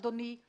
אדוני.